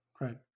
Right